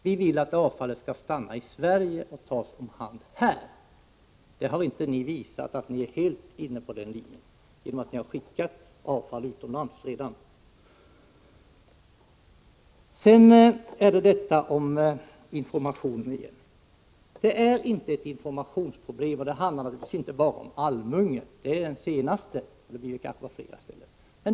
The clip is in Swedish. Vi vill att avfallet skall stanna i Sverige och tas om hand här! Ni har inte visat att ni är helt inne på den linjen, genom att ni redan har skickat avfall utomlands. Sedan till detta med informationen igen. Det är inte ett informationsproblem, och det här handlar naturligtvis inte bara om Almunge. Det är det senaste projektet, och det blir kanske liknande reaktioner på flera ställen.